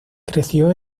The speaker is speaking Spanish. creció